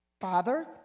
Father